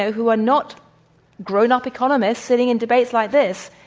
yeah who are not grown-up economists sitting in debates like this,